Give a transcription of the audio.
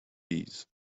bees